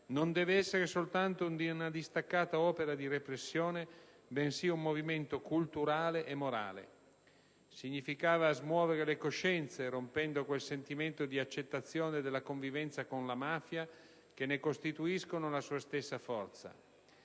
«non deve essere soltanto una distaccata opera di repressione bensì un movimento culturale e morale». Significava smuovere le coscienze, rompendo quel sentimento di accettazione della convivenza con la mafia che ne costituisce la sua stessa forza.